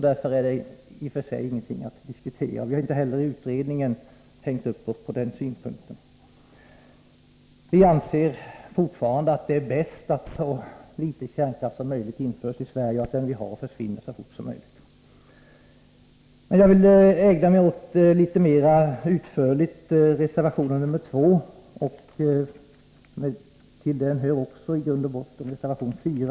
Därför är det i och för sig ingenting att diskutera. Vi har inte heller i utredningen hängt upp oss på den synpunkten. Vi menar fortfarande att det är bäst att så litet kärnkraft som möjligt införs i Sverige och att den vi har försvinner så fort som möjligt. Jag vill litet mer utförligt ägna mig åt reservation 2; till den hör också i grund och botten reservation 4.